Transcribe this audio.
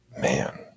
man